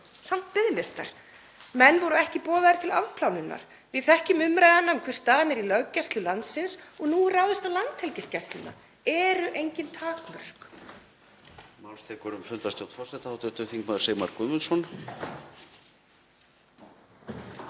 samt biðlistar. Menn voru ekki boðaðir til afplánunar. Við þekkjum umræðuna um hver staðan er í löggæslu landsins og nú er ráðist á Landhelgisgæsluna. Eru engin takmörk?